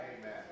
Amen